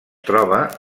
troba